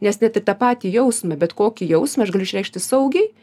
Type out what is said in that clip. nes net ir tą patį jausmą bet kokį jausmą aš galiu išreikšti saugiai